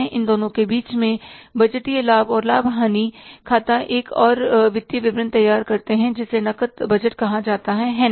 इन दोनों के बीच में बजटीय लाभ और हानि खाता हम एक और वित्तीय विवरण तैयार करते हैं जिसे नकद बजट कहा जाता है है ना